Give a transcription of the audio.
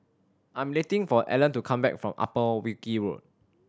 I am waiting for Alan to come back from Upper Wilkie Road